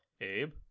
Abe